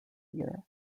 year